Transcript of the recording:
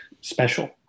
special